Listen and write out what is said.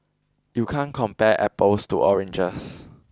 you can't compare apples to oranges